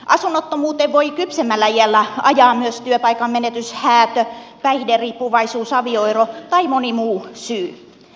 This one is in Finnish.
asunnottomuuteen voi kypsemmällä iällä ajaa myös työpaikan menetys häätö päihderiippuvaisuus avioero tai moni muu syy